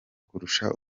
kurusha